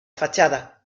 fachada